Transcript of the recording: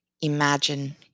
imagine